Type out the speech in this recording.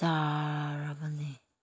ꯆꯥꯔꯕꯅꯤ